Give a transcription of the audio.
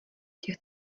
těch